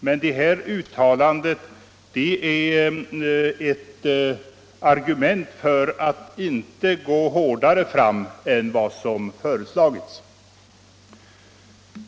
Men det uttalandet är ett argument för att inte gå hårdare fram än vad som har föreslagits.